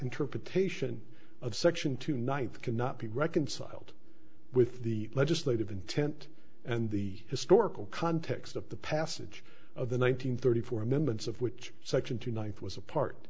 interpretation of section two ninth cannot be reconciled with the legislative intent and the historical context of the passage of the one nine hundred thirty four amendments of which section tonight was a part